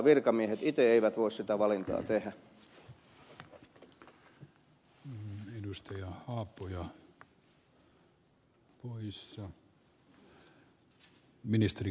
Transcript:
virkamiehet itse eivät voi sitä valintaa tehdä